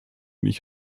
nicht